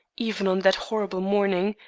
even on that horrible morning,